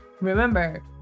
remember